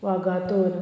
Vagator